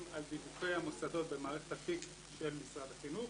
על דיווחי המוסדות במערכת אפיק של משרד החינוך